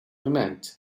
remained